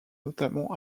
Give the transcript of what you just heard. notamment